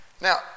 Now